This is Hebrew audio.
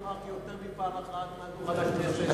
אמרתי יותר מפעם אחת מעל דוכן הכנסת,